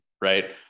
right